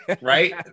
right